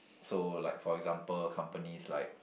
so like for example companies like